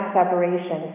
separation